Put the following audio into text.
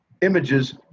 images